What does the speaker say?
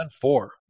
four